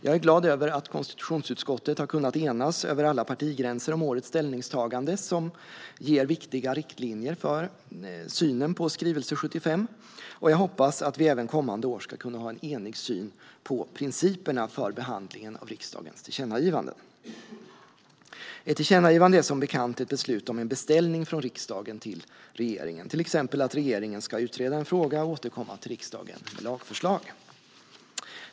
Jag är glad över att konstitutionsutskottet har kunnat enas över alla partigränser om årets ställningstagande som ger viktiga riktlinjer för synen på skrivelse 75. Jag hoppas att vi även kommande år ska kunna ha en enig syn på principerna för behandlingen av riksdagens tillkännagivanden. Ett tillkännagivande är som bekant ett beslut om en beställning från riksdagen till regeringen, till exempel att regeringen ska utreda en fråga och återkomma till riksdagen med lagförslag.